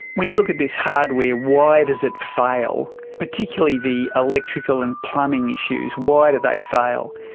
when you look at this hardware, why does it fail, particularly the electrical and plumbing issues, why do they fail?